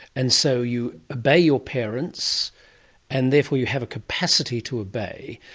and so you obey your parents and therefore you have a capacity to obey.